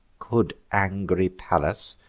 could angry pallas,